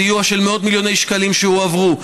סיוע של מאות מיליוני שקלים שהועברו.